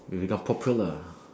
will become popular